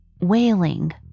wailing